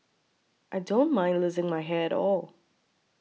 I don't mind losing my hair at all